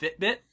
Fitbit